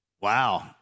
Wow